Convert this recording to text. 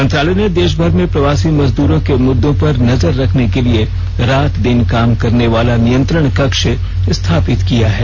मंत्रालय ने देशभर में प्रवासी मजदूरों के मुद्दों पर नजर रखने के लिए रात दिन काम करने वाला नियंत्रण कक्ष स्थापित किया है